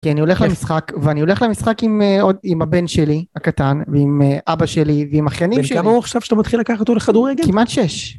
כי אני הולך למשחק, ואני הולך למשחק עוד עם הבן שלי הקטן ועם אבא שלי ועם אחיינים שלי. בן כמה הוא עכשיו שאתה מתחיל לקחת אותו לכדורגל? כמעט שש.